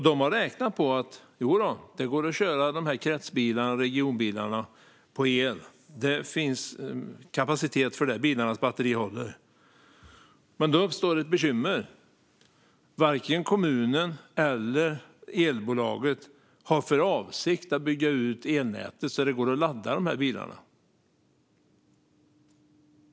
De har räknat på att det ska gå att köra dessa kretsbilar på el. Bilarnas batterier har kapacitet för det. Men här uppstår ett bekymmer. Varken kommunen eller elbolaget har för avsikt att bygga ut elnätet så att det går att ladda dessa bilar.